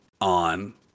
on